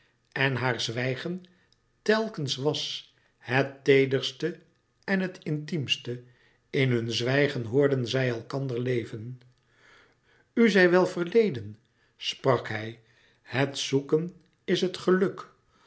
en haar zwijgen telkens was het teederste en het intiemste in hun zwijgen hoorden zij elkander leven u zei wel verleden sprak hij het zoeken is het geluk